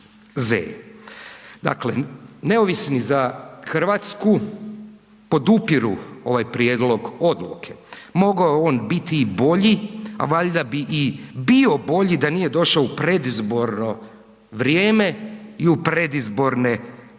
Dakle, neovisni za Hrvatsku podupiru ovaj prijedlog odluke mogao je on biti i bolji, a valjda bi i bio bolji da nije došao u predizborno vrijeme i u predizborne svrhe.